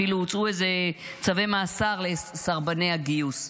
אפילו הוצאו איזה צווי מעצר לסרבני הגיוס.